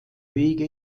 wege